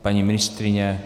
Paní ministryně?